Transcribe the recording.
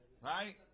Right